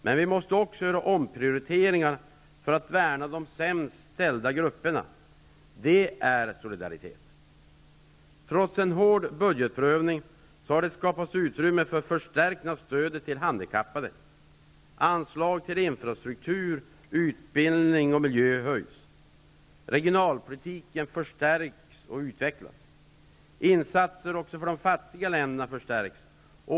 Men vi måste också göra omprioriteringar för att värna de sämst ställda grupperna. Det är solidaritet. Trots en hård budgetprövning har det skapats utrymme för en förstärkning av stödet till handikappade. Anslagen till infrastruktur, utbildning och miljö höjs. Regionalpolitiken förstärks och utvecklas. Insatserna också för de fattiga länderna förstärks.